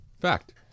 Fact